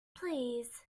please